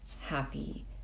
happy